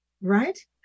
right